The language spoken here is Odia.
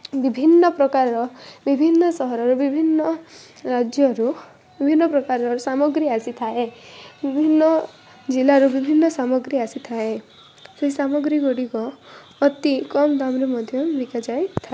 ବିଭିନ୍ନ ପ୍ରକାରର ବିଭିନ୍ନ ସହରର ବିଭିନ୍ନ ରାଜ୍ୟରୁ ବିଭିନ୍ନ ପ୍ରକାରର ସାମଗ୍ରୀ ଆସିଥାଏ ବିଭିନ୍ନ ଜିଲ୍ଲାରୁ ବିଭିନ୍ନ ସାମଗ୍ରୀ ଆସିଥାଏ ସେଇ ସାମଗ୍ରୀ ଗୁଡ଼ିକ ଅତି କମ୍ ଦାମ୍ରେ ମଧ୍ୟ ବିକାଯାଇଥାଏ